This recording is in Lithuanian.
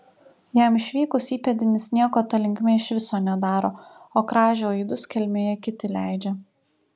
jam išvykus įpėdinis nieko ta linkme iš viso nedaro o kražių aidus kelmėje kiti leidžia